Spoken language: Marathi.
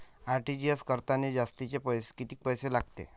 आर.टी.जी.एस करतांनी जास्तचे कितीक पैसे लागते?